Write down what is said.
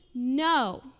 No